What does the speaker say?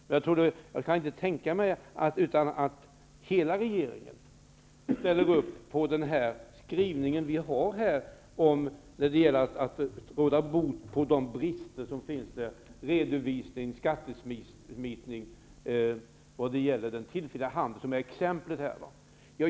Men jag kan inte tänka mig annat än att hela regeringen ställer upp på den skrivning vi har här om att råda bot på de brister i fråga om redovisning och den skattesmitning som förekommer i den tillfälliga handel som det här gäller.